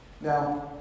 Now